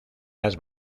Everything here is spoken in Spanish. las